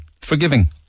Forgiving